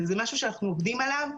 וזה משהו שאנחנו עובדים עליו,